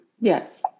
Yes